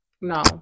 No